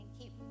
keep